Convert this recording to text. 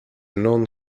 non